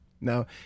no